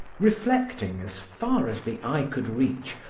reflecting, as far as the eye could reach,